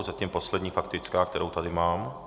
Zatím poslední faktická, kterou tady mám.